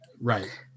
right